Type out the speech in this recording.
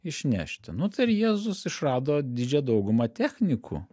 išnešti nu tai ir jėzus išrado didžiąją daugumą technikų